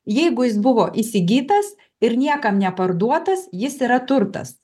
jeigu jis buvo įsigytas ir niekam neparduotas jis yra turtas